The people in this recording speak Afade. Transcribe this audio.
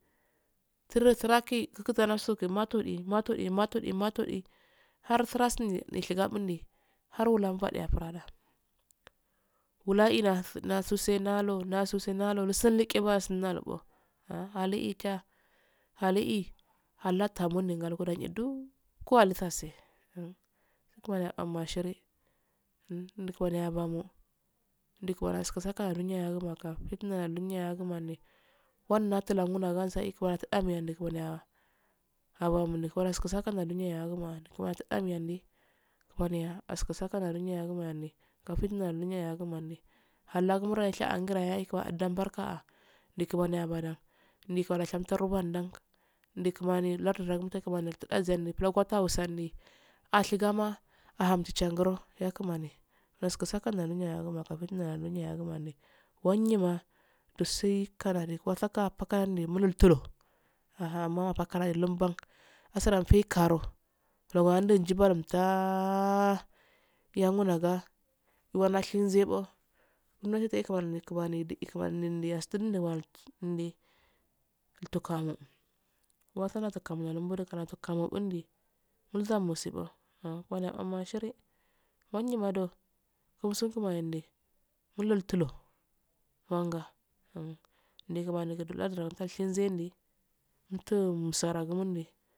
Turtiraki kukunamasudi matu'di matu'di matu'di matu'di matu'di har furasndi nishagabindi har wulunbandiya furanna wula'ila nasusenalo nasuse nalo nusalqe laubbo ahh aliqiya ali'i anatalmo nalgode iduuwalsaale kimaniya yalbo ashin kimaniyabamo ndi kimaniyaskisayagumowassa fitandi yaqumuwandi wannatula ngunagsa kimaniya tunamiyandi kimaniya abamowandi kimaniya tundaniya da kafinta yagumowadi halanmutay sha'anguranya kimoniyi didan barka ndi kimani abadann ndi kimaniyaharguardan ndi kimaniya lardudan ndi kimanitudatzandi ashigoma wushaguro yalamani naslusandi nandiyawawondi wanyinia fusikanadi wusaka wandi wuttulo. ahh makaltubban asaroselkaroo bulowandu ngimbwalumtaaa yangguna wawnashizibbo numshisi kimaniya makima ndide kimaniyandistundedu'alunde wultulcanno walnatukamocymbud kamuwalundi, ndamusibbu kimaniyabulmo ashin wanyi mado wusan kimandi wulultulo ndi kimanigul lardudo ngushenzani untusarangundi, wungimasensoo.